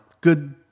good